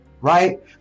right